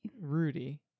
Rudy